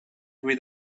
with